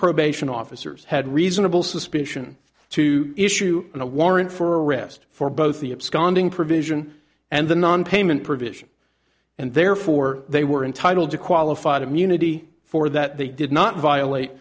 probation officers had reasonable suspicion to issue a warrant for arrest for both the absconding provision and the nonpayment provision and therefore they were entitled to qualified immunity for that they did not violate